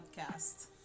podcast